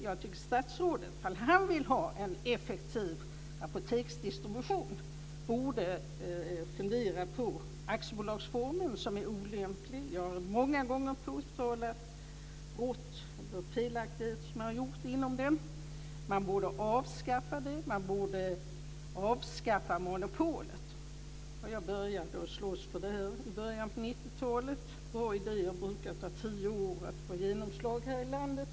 Jag tycker att statsrådet, om han vill ha en effektiv apoteksdistribution, borde fundera på aktiebolagsformen, som är olämplig. Jag har många gånger påtalat felaktigheter som har gjorts inom den. Man borde avskaffa det. Man borde avskaffa monopolet. Jag började slåss för det i början på 90-talet. Det brukar ta tio år för våra idéer att få genomslag här i landet.